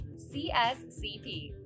CSCP